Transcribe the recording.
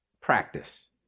practice